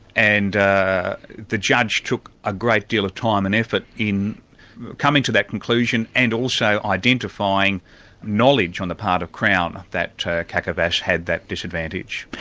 and ah the judge took a great deal of time and effort in coming to that conclusion, and also identifying knowledge on the part of crown that kakavas had that disadvantage.